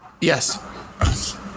Yes